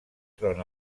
tron